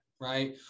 right